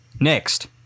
Next